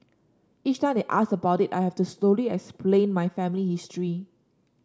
each time they ask about it I have to slowly explain my family history